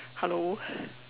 hello